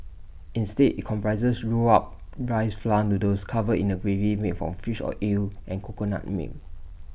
instead IT comprises rolled up rice flour noodles covered in A gravy made from fish or eel and coconut milk